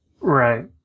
Right